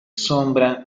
sombra